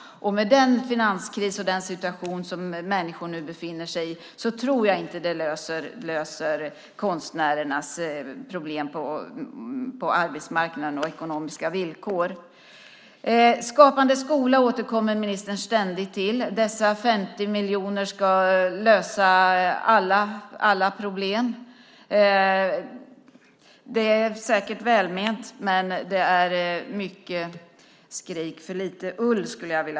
Med den finanskris som människor nu befinner sig i tror jag inte att detta löser konstnärernas problem på arbetsmarknaden och deras ekonomiska villkor. Skapande skola återkommer ministern ständigt till. Dessa 50 miljoner ska lösa alla problem. Det är säkert välment, men det är mycket skrik för lite ull.